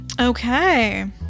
Okay